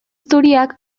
zuriak